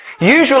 Usually